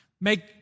make